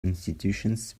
institutions